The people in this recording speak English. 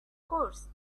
course